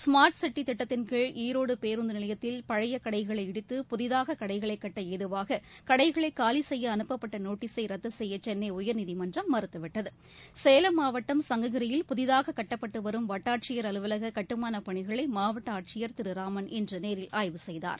smart city திட்டத்தின்கீழ் ஈரோடு பேருந்து நிலையத்தில் பழைய கடைகளை இடித்து புதிதாக கடைகளை கட்ட ஏதுவாக கடைகளை காலி செய்ய அனுப்பப்பட்ட நோட்டீசை ரத்து செய்ய சென்னை உயர்நீதிமன்றம் மறுத்துவிட்டது சேலம் மாவட்டம் சங்ககிரியில் புதிதாக கட்டப்பட்டு வரும் வட்டாட்சியர் அலுவலக கட்டுமானப் பணிகளை மாவட்ட ஆட்சியர் திரு ராமன் இன்று நேரில் ஆய்வு செய்தார்